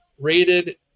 rated